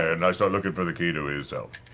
and i start looking for the key to his cell.